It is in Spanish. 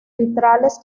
vitrales